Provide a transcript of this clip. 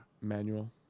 manual